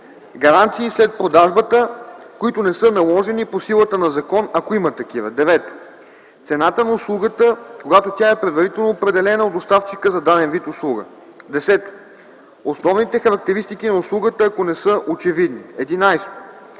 гаранции след продажбата, които не са наложени по силата на закон, ако има такива; 9. цената на услугата, когато тя е предварително определена от доставчика за даден вид услуга; 10. основните характеристики на услугата, ако не са очевидни; 11.